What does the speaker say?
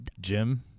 Jim